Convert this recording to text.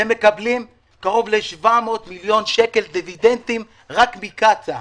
אתם מקבלים קרוב ל-700 מיליון שקל דיבידנדים רק מקצא"א,